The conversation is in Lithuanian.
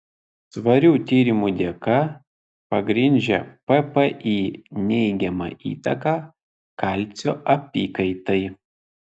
svarių tyrimų dėka pagrindžia ppi neigiamą įtaką kalcio apykaitai